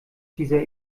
dieser